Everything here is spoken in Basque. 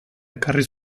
ekarri